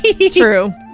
True